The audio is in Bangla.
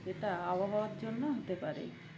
যেটা আবহাওয়ার জন্য হতে পারে